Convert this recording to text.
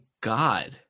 God